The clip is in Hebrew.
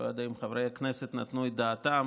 לא יודע אם חברי הכנסת נתנו את דעתם